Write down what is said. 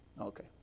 Okay